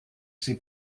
sie